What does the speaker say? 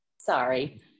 Sorry